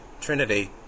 trinity